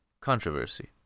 Controversy